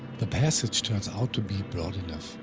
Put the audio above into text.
the passage turns out to be broad enough,